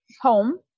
home